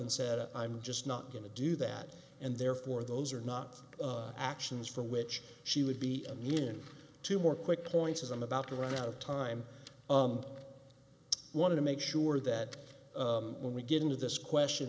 and said i'm just not going to do that and therefore those are not actions for which she would be immune to more quick points as i'm about to run out of time i want to make sure that when we get into this question